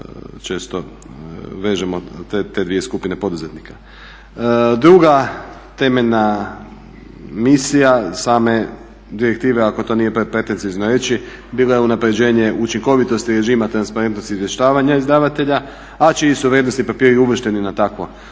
često vežemo te dvije skupine poduzetnika. Druga temeljna misija same direktive ako to nije pretenciozno reći, bila je unapređenje učinkovitosti režima transparentnost izvještavanja izdavatelja, a čiji su vrijednosni papiri uvršteni na takvo